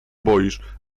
boisz